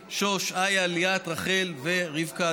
סיפורים על שאי-אפשר להשאיר חלון פתוח בלילה למשפחה,